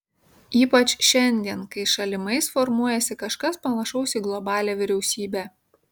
ypač šiandien kai šalimais formuojasi kažkas panašaus į globalią vyriausybę